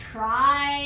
Try